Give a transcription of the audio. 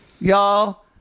Y'all